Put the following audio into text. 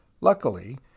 Luckily